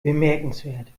bemerkenswert